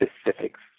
specifics